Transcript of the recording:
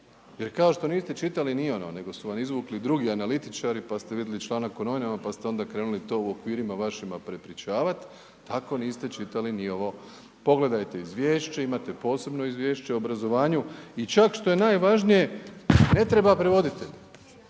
Jer kao što niste čitali ni ono, nego su vam izvukli drugi analitičari pa ste vidli članak u novinama, pa ste onda krenuli to u okvirima vašima prepričavat, tako niste čitali ni ovo. Pogledajte izvješće, imate posebno izvješće o obrazovanju i čak što je najvažnije ne treba prevoditelj.